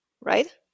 right